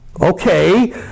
Okay